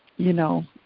you know,